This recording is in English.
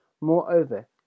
Moreover